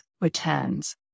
returns